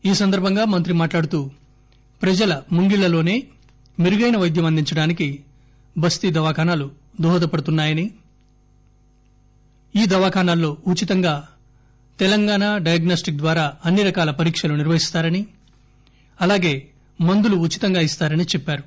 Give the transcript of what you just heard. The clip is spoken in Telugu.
ఈ సందర్బంగా మంత్రి మాట్లాడుతూ ప్రజల ముంగిళ్ళలోనే మెరుగైన వైద్యం అందించడానికి బస్తి దవాఖానాలు దోహద పడుతున్నాయని ఈ బస్తీ దవాఖానల్లో ఉచితంగా తెలంగాణ డియాజ్ఞస్టిక్ ద్వారా అన్ని రకాల పరీక్షలు నిర్వహిస్తారని అలాగే మందులు ఉచితంగా ఇస్తారని చెప్పారు